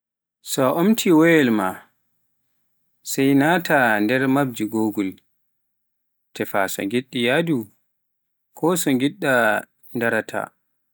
so a omfti wayawal ma sai nnata nder mapji goggle, teffa to giɗɗa yahdu, ko so ngiɗɗa ndaraata.